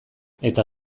eta